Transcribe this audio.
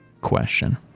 question